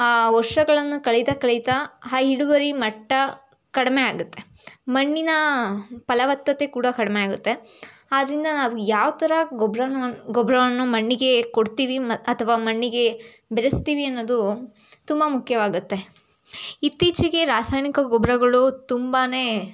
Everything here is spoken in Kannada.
ವರ್ಷಗಳನ್ನು ಕಳೀತ ಕಳೀತಾ ಆ ಇಳುವರಿ ಮಟ್ಟ ಕಡಿಮೆಯಾಗುತ್ತೆ ಮಣ್ಣಿನ ಫಲವತ್ತತೆ ಕೂಡ ಕಡಿಮೆಯಾಗುತ್ತೆ ಆದ್ದರಿಂದ ನಾವು ಯಾವ ಥರ ಗೊಬ್ಬರನ ಗೊಬ್ಬರವನ್ನು ಮಣ್ಣಿಗೆ ಕೊಡ್ತೀವಿ ಅಥವಾ ಮಣ್ಣಿಗೆ ಬೆರೆಸ್ತೀವಿ ಅನ್ನೋದು ತುಂಬ ಮುಖ್ಯವಾಗುತ್ತೆ ಇತ್ತೀಚಿಗೆ ರಾಸಾಯನಿಕ ಗೊಬ್ಬರಗಳು ತುಂಬಾ